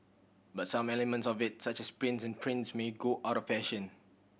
but some elements of it such as prints on prints may go out of fashion